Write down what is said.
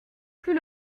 plus